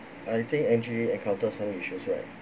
I think angie encountered some issues right